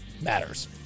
matters